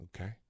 Okay